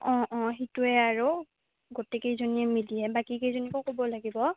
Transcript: অঁ অঁ সেইটোৱে আৰু গোটেইকেইজনীয়ে মিলিয়ে বাকীকেইজনীকো ক'ব লাগিব